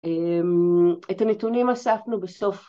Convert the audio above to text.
אמ... את הנתונים אספנו בסוף